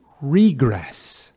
regress